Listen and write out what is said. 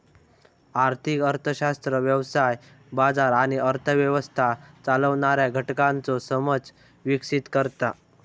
आर्थिक अर्थशास्त्र व्यवसाय, बाजार आणि अर्थ व्यवस्था चालवणाऱ्या घटकांचो समज विकसीत करता